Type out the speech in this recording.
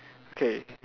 okay